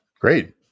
Great